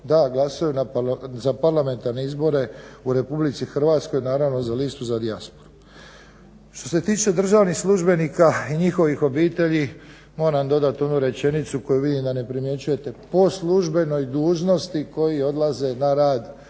da glasuju za parlamentarne izbore u Republici Hrvatskoj, naravno za listu za dijasporu. Što se tiče državnih službenika i njihovih obitelji, moram dodat onu rečenicu koju vidim da ne primjećujete, po službenoj dužnosti koji odlaze na rad